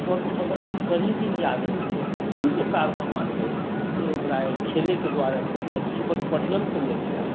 स्वर्ण पदक तऽ कनि दिन याद रहैत छै लेकिन ई जे कारनामा छै से ओकरा एहि खेलैके दुआरे भेटलै जीवन पर्यन्त लोक याद करतै